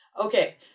Okay